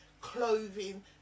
clothing